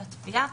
של התביעה,